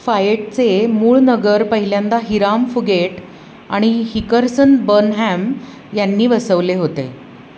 फायटचे मूळ नगर पहिल्यांदा हिराम फुगेट आणि हिकर्सन बनहॅम यांनी वसवले होते